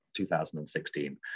2016